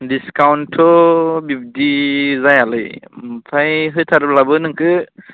दिसकाउन्टथ' बिब्दि जाया लै ओमफ्राय होथारोब्लाबो नोंखौ